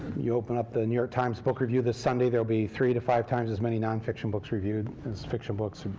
you open up the new york times book review this sunday, there'll be three to five times as many nonfiction books reviewed as fiction books.